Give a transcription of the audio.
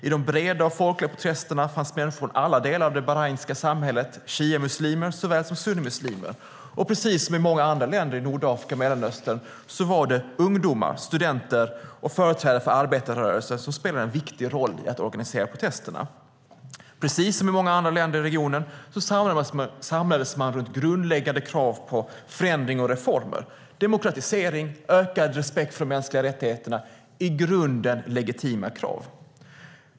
I de breda och folkliga protesterna fanns människor från alla delar av det bahrainska samhället, shiamuslimer såväl som sunnimuslimer. Och precis som i många andra länder i Nordafrika och Mellanöstern var det ungdomar, studenter och företrädare för arbetarrörelsen som spelade en viktig roll i att organisera protesterna. Precis som i många andra länder i regionen samlades man runt grundläggande krav på förändring och reformer, demokratisering, ökad respekt för de mänskliga rättigheterna - i grunden legitima krav.